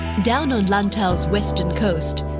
down on lantau's western coast,